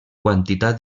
quantitat